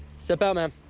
step out, man.